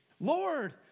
Lord